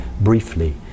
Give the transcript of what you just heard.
briefly